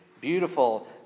beautiful